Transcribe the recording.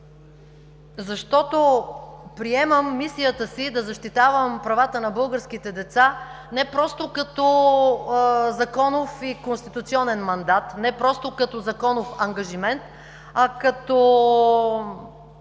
година. Приемам мисията си да защитавам правата на българските деца не просто като законов и конституционен мандат, не просто като законов ангажимент, а като